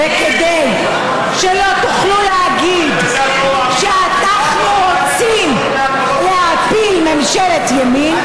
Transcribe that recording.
וכדי שלא תוכלו להגיד שאנחנו רוצים להפיל ממשלת ימין,